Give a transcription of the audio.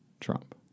Trump